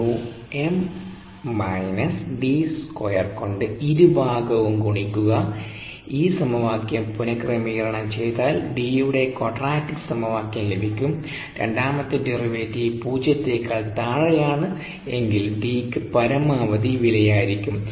𝜇𝑚 − 𝐷2 കൊണ്ട് ഇരുഭാഗവും ഗുണിക്കുക ഈ സമവാക്യം പുനക്രമീകരണം ചെയ്താൽ Dയുടെ ക്വാഡ്റാറ്റിക് സമവാക്യം ലഭിക്കും രണ്ടാമത്തെ ഡെറിവേറ്റീവ് പൂജ്യത്തെക്കാൾ ്് താഴെയാണ് എങ്കിൽ Dയ്ക്ക് പരമാവധി വിലയായിരിക്കും